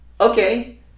okay